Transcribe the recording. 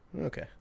Okay